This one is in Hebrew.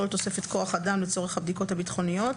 וכל תוספת כוח אדם לצורך הבדיקות הביטחוניות,